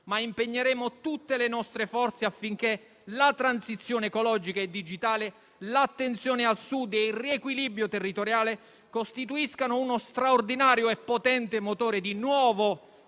ma impegneremo tutte le nostre forze affinché la transizione ecologica e digitale, l'attenzione al Sud e il riequilibrio territoriale costituiscano uno straordinario e potente motore di nuovo